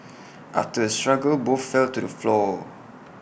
after A struggle both fell to the floor